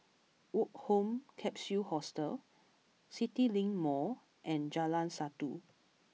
Woke Home Capsule Hostel CityLink Mall and Jalan Satu